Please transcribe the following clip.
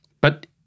But-